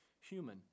Human